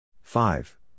five